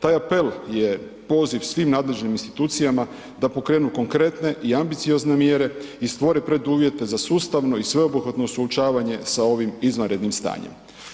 Taj apel je poziv svim nadležnim institucijama da pokrenu konkretne i ambiciozne mjere i stvore preduvjete za sustavno i sveobuhvatno suočavanje sa ovim izvanrednim stanjem.